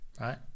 right